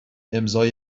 امضای